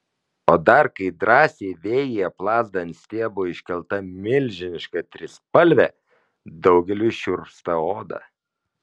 o dar kai drąsiai vėjyje plazda ant stiebo iškelta milžiniška trispalvė daugeliui šiurpsta oda